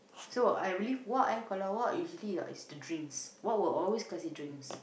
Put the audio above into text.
so I really Wak eh kalau Wak is usually the drinks Wak will always kasih drinks